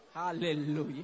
hallelujah